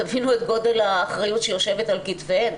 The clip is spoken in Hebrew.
תבינו את גודל האחריות שיושבת על כתפיהן,